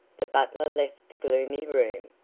the butler left the gloomy room,